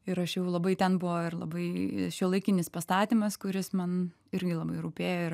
ir aš jau labai tenpo ir labai šiuolaikinis pastatymas kuris man irgi labai rūpėjo ir